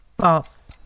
False